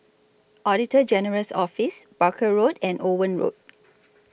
Auditor General's Office Barker Road and Owen Road